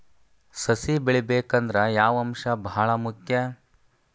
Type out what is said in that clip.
ಸಸಿ ಬೆಳಿಬೇಕಂದ್ರ ಯಾವ ಅಂಶ ಭಾಳ ಮುಖ್ಯ?